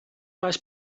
faes